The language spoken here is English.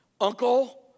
Uncle